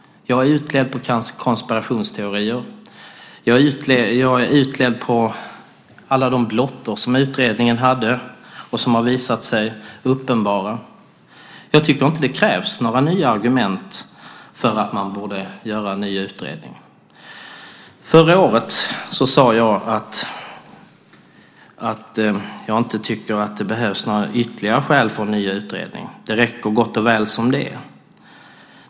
Jag är utled på konspirationsteorier. Jag är utled på alla de blottor som utredningen hade och som har visat sig uppenbara. Jag tycker inte att det krävs några nya argument för att man ska göra en ny utredning. Förra året sade jag att jag inte tycker att det behövs några ytterligare skäl för en ny utredning. Det räcker gott och väl som det är.